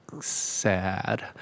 sad